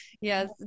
yes